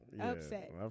Upset